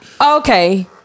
okay